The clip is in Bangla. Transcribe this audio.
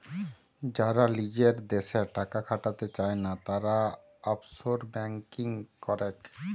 যারা লিজের দ্যাশে টাকা খাটাতে চায়না, তারা অফশোর ব্যাঙ্কিং করেক